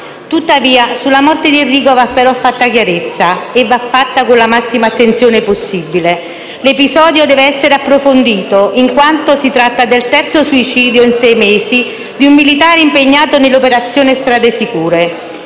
Grazioli. Sulla morte di Enrico va però fatta chiarezza, con la massima attenzione possibile. L'episodio deve essere approfondito in quanto si tratta del terzo suicidio in sei mesi di un militare impegnato nell'operazione Strade sicure.